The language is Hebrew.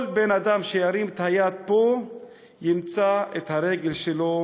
כל בן-אדם שירים את היד פה ימצא את הרגל שלו